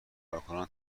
کارکنان